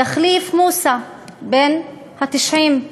יחליף את מוסא בין ה-90,